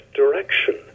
direction